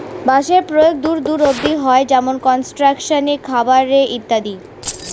বাঁশের প্রয়োগ দূর দূর অব্দি হয়, যেমন কনস্ট্রাকশন এ, খাবার এ ইত্যাদি